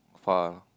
far